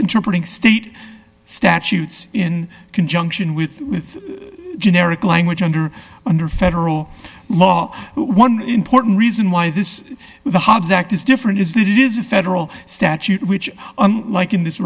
interpreting state statutes in conjunction with with generic language under under federal law one important reason why this the hobbs act is different is that it is a federal statute which unlike in this